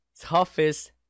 toughest